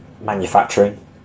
manufacturing